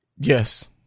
Yes